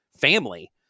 family